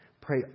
pray